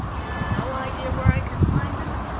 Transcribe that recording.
you've no idea where i can find him?